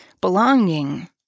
Belonging